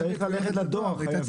חייבים ללכת לדואר.